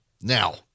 Now